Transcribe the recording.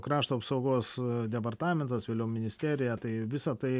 krašto apsaugos departamentas vėliau ministerija tai visa tai